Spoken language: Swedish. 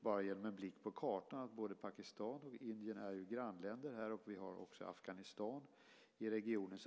bara genom en blick på kartan att både Pakistan och Indien är grannländer. Vi har också Afghanistan i regionen.